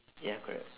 ya correct